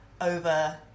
over